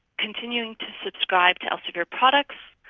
continuing to subscribe to elsevier products,